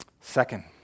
Second